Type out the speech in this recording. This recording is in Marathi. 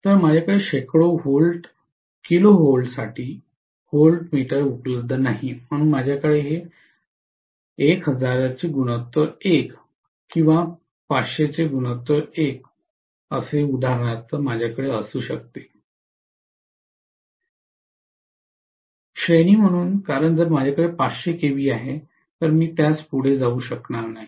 तर माझ्याकडे शेकडो किलोवॉल्ट्ससाठी व्होल्टमीटर उपलब्ध नाही म्हणून माझ्याकडे हे 1000 1 किंवा 500 1 उदाहरणार्थ असू शकते श्रेणी म्हणून कारण जर माझ्याकडे 500 केव्ही आहे तर मी त्यास पुढे जाऊ शकणार आहे